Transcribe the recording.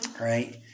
Right